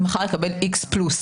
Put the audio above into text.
מחר יקבל איקס פלוס.